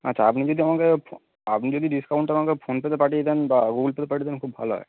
আচ্ছা আপনি যদি আমাকে ফোন আপনি যদি ডিসকাউন্ট আমাকে ফোন পেতে পাঠিয়ে দেন বা গুগল পেতে পাঠিয়ে দেন খুব ভালো হয়